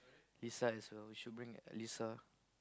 Allyssa as well we should bring Allyssa